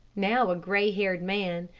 now a gray-haired man,